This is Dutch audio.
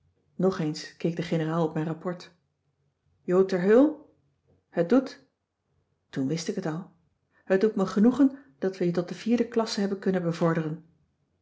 nog eens keek de generaal op mijn rapport jo ter heul het doet toen wist ik het al het doet me genoegen dat we je tot de vierde klasse hebben kunnen bevorderen